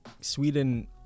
Sweden